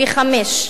פי-חמישה,